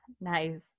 Nice